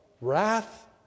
wrath